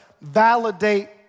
validate